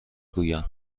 گویم